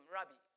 Rabbi